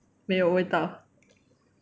没有味道